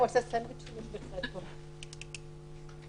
סעיף 6